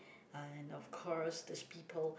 and of course there's people